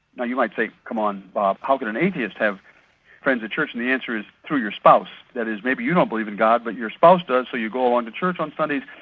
now you might say, come on, bob, how can an atheist have friends at church? and the answer is, through your spouse. that is, maybe you don't believe in god, but your spouse does, so you go along to church on sundays,